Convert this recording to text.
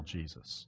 Jesus